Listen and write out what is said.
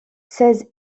seize